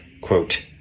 quote